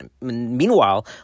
Meanwhile